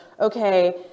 okay